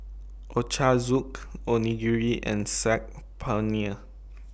Ochazuke Onigiri and Saag Paneer